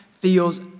feels